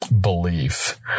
belief